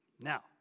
Now